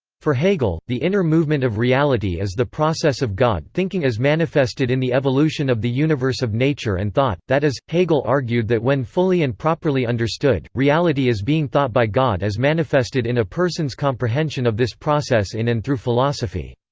for hegel, the inner movement of reality is the process of god thinking as manifested in the evolution of the universe of nature and thought that is, hegel argued that when fully and properly understood, reality is being thought by god as manifested in a person's comprehension of this process in and through philosophy.